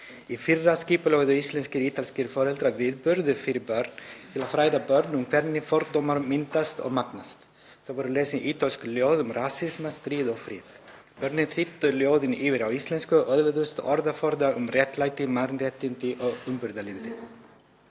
Í fyrra skipulögðu íslenskir/ítalskir foreldrar viðburð fyrir börn til að fræða börn um hvernig fordómar myndast og magnast. Lesin voru ítölsk ljóð um rasisma, stríð og frið. Börnin þýddu ljóðin yfir á íslensku og öðluðust orðaforða um réttlæti, mannréttindi og umburðarlyndi.